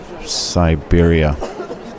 Siberia